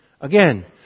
again